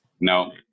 No